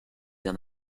d’un